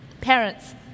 parents